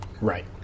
Right